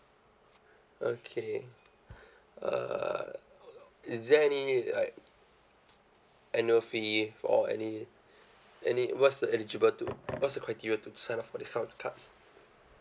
okay uh is there any like annual fee or any any what's the eligible to what's the criteria to sign up for this kind of cards